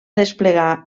desplegar